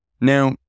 Now